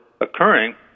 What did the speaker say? occurring